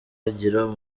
higiro